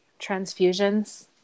transfusions